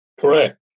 Correct